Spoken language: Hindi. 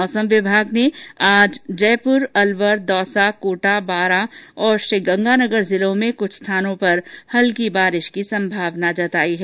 मौसम विभाग ने आज जयपुर अलवर दौसा कोटा बारां तथा श्रीगंगानगर जिलों में हल्की बारिश की संभावना जताई है